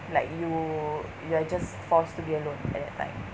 like you you're just forced to be alone at that time